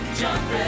Jumping